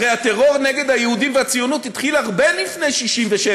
הרי הטרור נגד היהודים והציונות התחיל הרבה לפני 1967,